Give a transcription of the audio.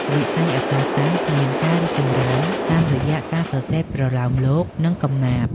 វិស័យអក្សរសាស្ត្រមានការរីកចម្រើនតាមរយៈការសរសេរប្រលោមលោក និងកំណាព្យ។